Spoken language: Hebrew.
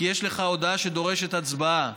כי יש לך הודעה שדורשת הצבעה.